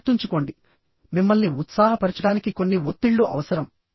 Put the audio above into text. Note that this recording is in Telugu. గుర్తుంచుకోండి మిమ్మల్ని ఉత్సాహపరచడానికి కొన్ని ఒత్తిళ్లు అవసరం